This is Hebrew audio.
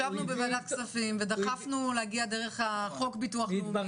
הכספים ודחפנו להגיע דרך חוק ביטוח לאומי.